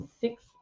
six